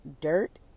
dirt